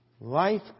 Life